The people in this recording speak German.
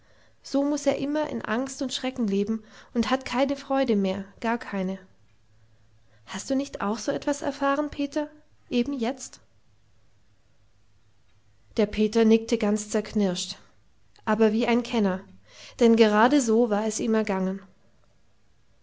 so muß er immer in angst und schrecken leben und hat keine freude mehr gar keine hast du nicht auch so etwas erfahren peter eben jetzt der peter nickte ganz zerknirscht aber wie ein kenner denn gerade so war es ihm ergangen